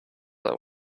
where